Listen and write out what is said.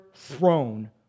Throne